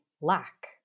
lack